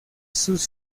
sus